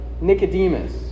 Nicodemus